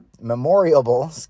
memorable